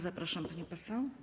Zapraszam, pani poseł.